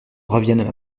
reviennent